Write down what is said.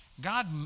God